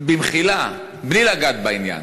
במחילה, בלי לגעת בעניין.